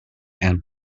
and